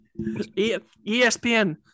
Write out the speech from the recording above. ESPN